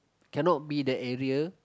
cannot be that area